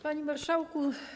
Panie Marszałku!